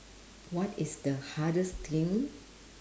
what is the hardest thing